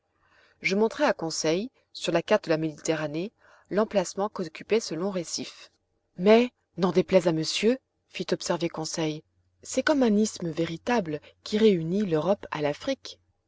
je montrai à conseil sur la carte de la méditerranée l'emplacement qu'occupait ce long récif mais n'en déplaise à monsieur fit observer conseil c'est comme un isthme véritable qui réunit l'europe à l'afrique